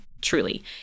truly